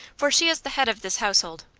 for she is the head of this household.